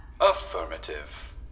Affirmative